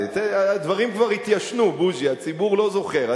הדברים כבר התיישנו, בוז'י, הציבור לא זוכר.